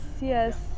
yes